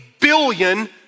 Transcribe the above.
billion